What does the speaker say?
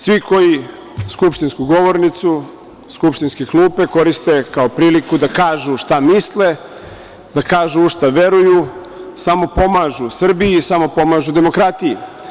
Svi koji skupštinsku govornicu, skupštinske klupe koriste kao priliku da kažu šta misle, da kažu u šta veruju, samo pomažu Srbiji, samo pomažu demokratiji.